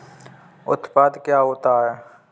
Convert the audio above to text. उत्पाद क्या होता है?